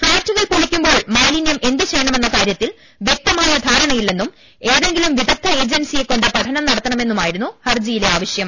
ഫ്ളാറ്റുകൾ പൊളിക്കുമ്പോൾ മാലിന്യം എന്തുചെയ്യണമെന്ന കാര്യത്തിൽ വ്യക്തമായ ധാരണയില്ലെന്നും ഏതെങ്കിലും വിദഗ്ദ്ധ ഏജൻസിയെക്കൊണ്ട് പഠനം നടത്തണമെന്നുമായിരുന്നു ഹർജി യിലെ ആവശ്യം